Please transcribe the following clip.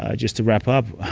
ah just to wrap up,